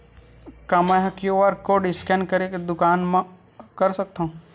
का मैं ह क्यू.आर कोड स्कैन करके दुकान मा कर सकथव?